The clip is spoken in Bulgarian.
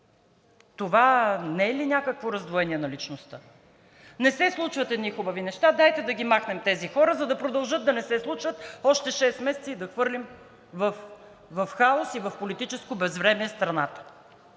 Това не е ли някакво раздвоение на личността? Не се случват едни хубави неща, дайте да ги махнем тези хора, за да продължат да не се случват още шест месеца и да хвърлим в хаос и в политическо безвремие страната.